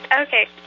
okay